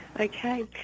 Okay